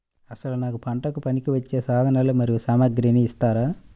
అసలు నాకు పంటకు పనికివచ్చే సాధనాలు మరియు సామగ్రిని ఇస్తారా?